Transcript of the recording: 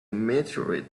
meteorite